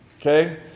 Okay